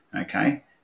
Okay